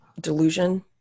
delusion